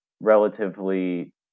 relatively